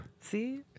see